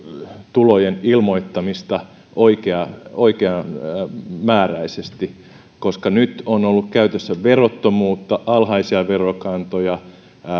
tulojen ilmoittamista oikeamääräisesti koska nyt on ollut käytössä verottomuutta alhaisia verokantoja